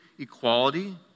equality